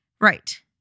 Right